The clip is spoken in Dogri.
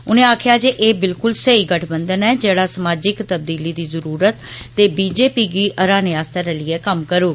उनें आक्खेआ जे एह् बिल्कुल सही गठबंधन ऐ जेह्ड़ा समाजिक तब्दीली दी जरुरत ते ठश्रच् गी हराने आस्तै रलियै कम्म करुग